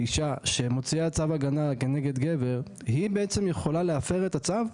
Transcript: אישה שמוציאה צו הגנה כנגד גבר היא בעצם יכולה להפר את הצו?